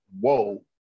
whoa